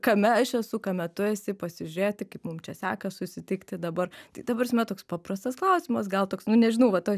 kame aš esu kame tu esi pasižiūrėti kaip mum čia sekas susitikti dabar tai ta prasme toks paprastas klausimas gal toks nu nežinau va toj